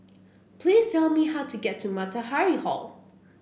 please tell me how to get to Matahari Hall